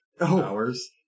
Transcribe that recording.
hours